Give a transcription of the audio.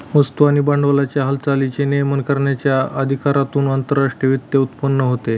वस्तू आणि भांडवलाच्या हालचालींचे नियमन करण्याच्या अधिकारातून आंतरराष्ट्रीय वित्त उत्पन्न होते